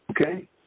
Okay